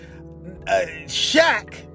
Shaq